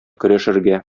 көрәшергә